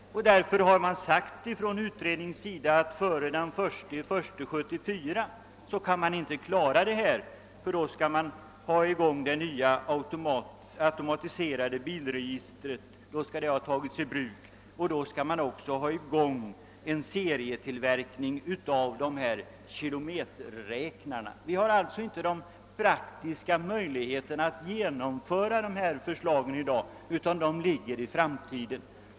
Utredningen har sagt att detta inte kan genomföras före den 1 januari 1974, då det nya automatiserade bilregistret skall ha tagits i bruk — då skall också en serietillverkning av kilometerräknare vara i gång. Vi har alltså inte praktiska möjligheter i dag att genomföra förslagen, utan de ligger i framtiden.